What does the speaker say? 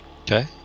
Okay